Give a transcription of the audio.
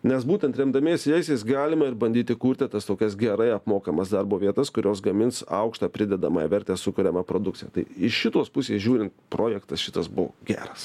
nes būtent remdamiesi jaisiais galime ir bandyti kurti tas tokias gerai apmokamas darbo vietas kurios gamins aukštą pridedamąją vertę sukuriamą produkciją tai iš šitos pusės žiūrint projektas šitas buvo geras